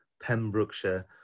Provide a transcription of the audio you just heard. Pembrokeshire